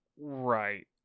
right